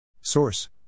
Source